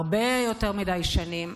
הרבה יותר מדי שנים,